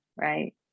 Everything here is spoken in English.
right